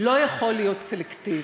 לא יכול להיות סלקטיבי,